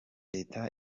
leta